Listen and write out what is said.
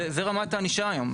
זאת רמת הענישה היום.